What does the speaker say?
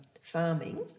farming